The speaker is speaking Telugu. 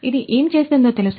ఇది ఏమి చేస్తుందో తెలుసా